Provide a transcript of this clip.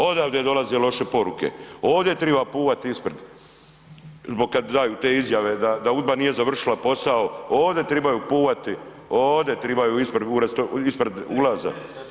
Odavde dolaze loše poruke, ovde triba puvat ispred, zbog kad daju te izjave, da UDBA nije završila posao ovde tribaju puvati, ovde tribaju ispred ulaza.